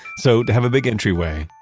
so to have a big entryway,